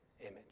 image